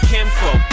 Kimfo